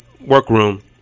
workroom